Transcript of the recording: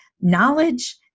knowledge